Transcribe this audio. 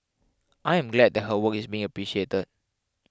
I am glad that her work is being appreciated